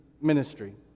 ministry